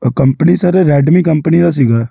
ਅ company sir Redmi company ਦਾ ਸੀਗਾ